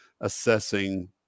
assessing